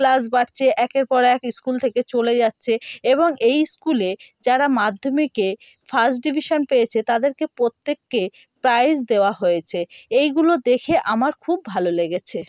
class বাড়ছে একের পর এক স্কুল থেকে চলে যাচ্ছে এবং এই স্কুলে যারা মাধ্যমিকে ফাস্ট ডিভিশান পেয়েছে তাদেরকে প্রত্যেককে প্রাইজ দেওয়া হয়েছে এইগুলো দেখে আমার খুব ভালো লেগেছে